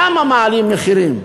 למה מעלים מחירים?